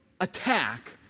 attack